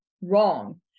wrong